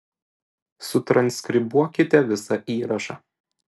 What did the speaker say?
sutranskribuokite visą įrašą